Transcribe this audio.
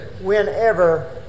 whenever